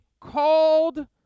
called